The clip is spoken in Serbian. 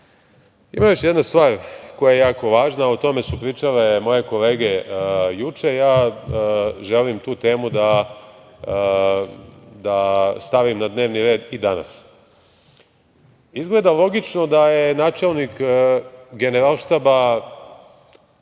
još jedna stvar koja je jako važna, o tome su pričale moje kolege juče. Želim tu temu da stavim na dnevni red i danas. Izgleda logično da je načelnik Generalštaba